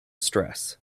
stress